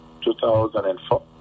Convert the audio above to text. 2004